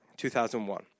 2001